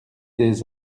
des